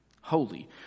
holy